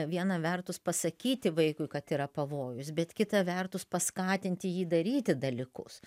viena vertus pasakyti vaikui kad yra pavojus bet kita vertus paskatinti jį daryti dalykus